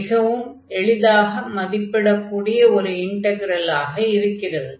மிகவும் எளிதாக மதிப்பிடக்கூடிய ஒரு இன்டக்ரலாக இருக்கிறது